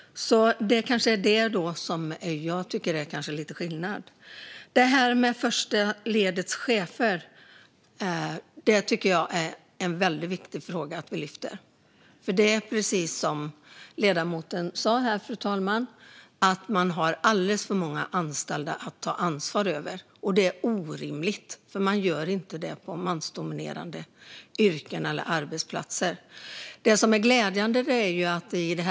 Kanske är det lite skillnad i hur vi tänker här. Första ledets chefer tycker jag är en viktig fråga att lyfta upp. Precis som ledamoten sa har de alldeles för många anställda att ta ansvar för. Det är orimligt. Så sker inte inom mansdominerade yrken eller arbetsplatser. Men det finns något som är glädjande.